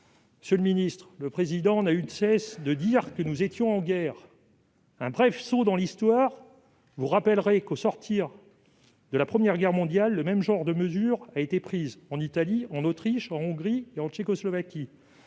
Monsieur le ministre, le Président de la République n'a eu de cesse de dire que nous étions en guerre. Un bref saut dans l'Histoire vous apprendrait qu'au sortir de la Première Guerre mondiale, le même genre de mesures ont été prises en Italie, en Autriche, en Hongrie et en Tchécoslovaquie.